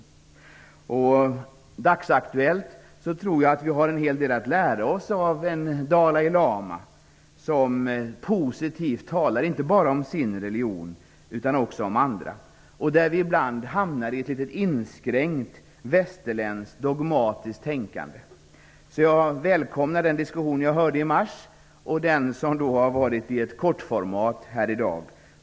För att nämna något dagsaktuellt tror jag att vi har en hel del att lära oss av någon som Dalai Lama, som talar positivt inte bara om sin religion utan också om andras. Ibland hamnar vi i ett litet inskränkt, västerländskt dogmatiskt tänkande. Jag välkomnar den diskussion jag hörde i mars, och den som har ägt rum i kortformat här i dag.